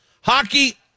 hockey